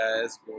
guys